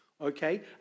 okay